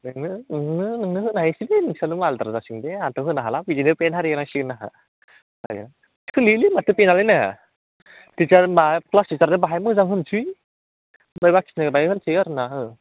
नोंनो होनो हायोसोलै नोंसानो मालदार जासिगोन दे आंथ' होनो हाला बिदिनो पेनआरि होनांसिगोन आंहा हाया सोलियोलै माथो पेनआलाय ने टिचार बा क्लास टिचारनो बाहाय मोजां होनोसै ओमफ्राय बाखिनो बाहाय होनोसै आरोना औ